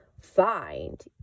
find